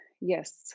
Yes